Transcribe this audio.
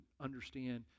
understand